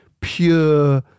pure